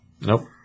Nope